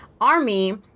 army